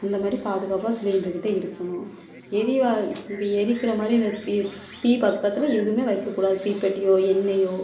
அந்த மாதிரி பாதுகாப்பாக சிலிண்ட்ருக்கிட்ட இருக்கணும் எரிவாய் இந்த எரிக்கிற மாதிரி இந்த தீ தீ பக்கத்தில் எதுவுமே வைக்கக்கூடாது தீப்பெட்டியோ எண்ணெயோ